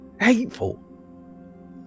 Hateful